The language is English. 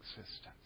existence